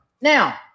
Now